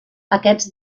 aquests